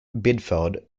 biddeford